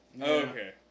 Okay